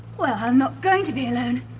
well! i'm not going to be alone.